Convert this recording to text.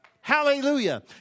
Hallelujah